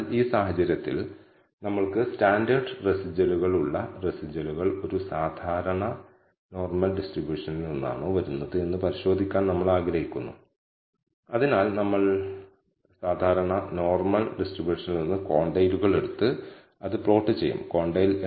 ഈ സാഹചര്യത്തിൽ നമ്മൾക്ക് ഒരു സെറ്റ് ഡാറ്റ ഉണ്ടെന്ന് പറയട്ടെ അറ്റകുറ്റപ്പണികൾ നടത്തിയ യൂണിറ്റുകളുടെ എണ്ണവും യൂണിറ്റുകൾ നന്നാക്കാൻ മിനിറ്റുകൾക്കുള്ളിൽ വ്യത്യസ്ത വിൽപ്പനക്കാരൻ എടുത്ത സമയവും നമ്മളുടെ പക്കലുണ്ട് നമ്മൾക്ക് അത്തരം പതിനാല് ഡാറ്റാ പോയിന്റുകൾ ഉണ്ടായിരുന്നു പതിനാല് യഥാർത്ഥത്തിൽ ഡാറ്റ റിപ്പോർട്ട് ചെയ്ത സെയിൽസ്മാൻ